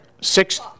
Six